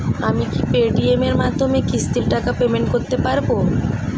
আমি কি Paytm এর মাধ্যমে কিস্তির টাকা পেমেন্ট করতে পারব?